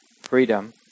freedom